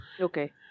Okay